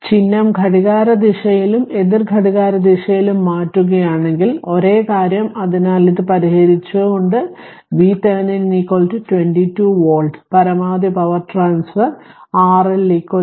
ചിഹ്നം ഘടികാരദിശയിലും എതിർ ഘടികാരദിശയിലും മാറ്റുകയാണെങ്കിൽ ഒരേ കാര്യം അതിനാൽ ഇത് പരിഹരിച്ചുകൊണ്ട് VThevenin 22 വോൾട്ട് പരമാവധി പവർ ട്രാൻസ്ഫർ RL RThevenin